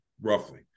roughly